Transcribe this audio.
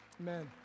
Amen